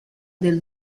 del